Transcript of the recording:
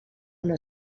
una